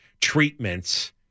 treatments